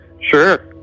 Sure